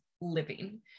living